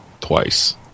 twice